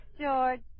George